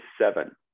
seven